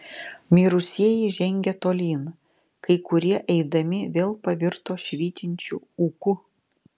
mirusieji žengė tolyn kai kurie eidami vėl pavirto švytinčiu ūku